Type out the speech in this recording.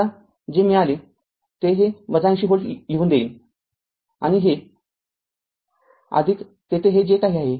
समजा जे जे मिळाले ते हे ८० व्होल्ट लिहून देईन आणि हे r आदिक तेथे हे जे काही आहे